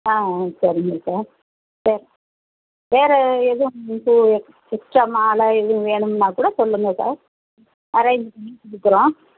ஆ சரிங்க சார் வே வேறு எதுவும் உங்களுக்கு எக்ஸ்ட்ரா மாலை எதுவும் வேணும்னா கூட சொல்லுங்கள் சார் அரேஞ்ச் பண்ணிக் கொடுக்கறோம்